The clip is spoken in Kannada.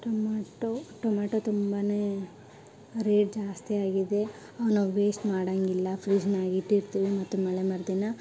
ಟೊಮಾಟೋ ಟೊಮೆಟೊ ತುಂಬಾ ರೇಟ್ ಜಾಸ್ತಿಯಾಗಿದೆ ಅವುನ್ನ ವೇಸ್ಟ್ ಮಾಡೋಂಗಿಲ್ಲ ಫ್ರಿಜ್ನಾಗ ಇಟ್ಟಿರ್ತೀವಿ ಮತ್ತು ನಾಳೆ ಮರುದಿನ